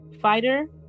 fighter